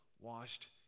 washed